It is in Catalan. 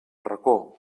racó